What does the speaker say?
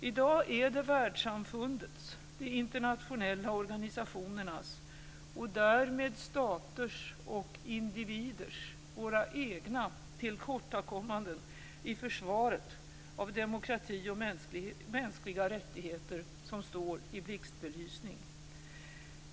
I dag är det världssamfundets, de internationella organisationernas och därmed staters och individers, våra egna, tillkortakommanden i försvaret av demokrati och mänskliga rättigheter som står i blixtbelysning.